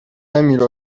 emil